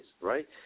right